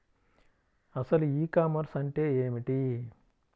అసలు ఈ కామర్స్ అంటే ఏమిటి?